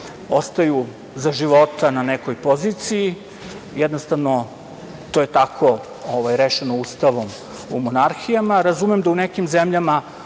ostaju za života na nekoj poziciji. Jednostavno, to je tako rešeno ustavom u monarhijama. Razumem da u nekim zemljama